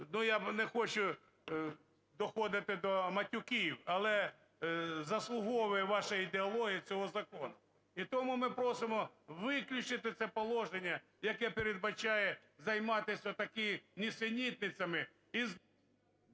я не хочу доходити до матюків, але заслуговує ваша ідеологія цього закону. І тому ми просимо виключити це положення, яке передбачає займатися такими нісенітницями…